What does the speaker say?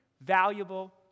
valuable